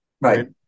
Right